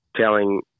telling